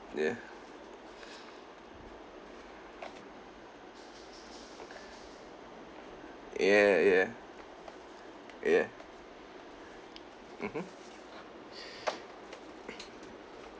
yeah yeah yeah yeah mmhmm